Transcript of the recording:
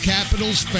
Capitals